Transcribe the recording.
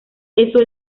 eso